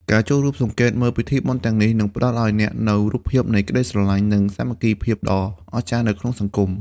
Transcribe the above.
ការចូលរួមសង្កេតមើលពិធីបុណ្យទាំងនេះ នឹងផ្តល់ឱ្យអ្នកនូវរូបភាពនៃក្តីស្រឡាញ់ និងសាមគ្គីភាពដ៏អស្ចារ្យនៅក្នុងសហគមន៍។